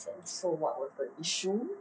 so what was the issue